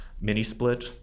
mini-split